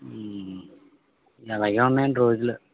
ఇలాగే ఉన్నాయండి రోజులు